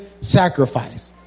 sacrifice